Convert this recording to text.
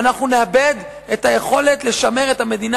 ואנחנו נאבד את היכולת לשמר את המדינה